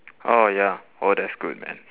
oh ya oh that's good man